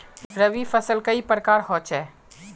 रवि फसल कई प्रकार होचे?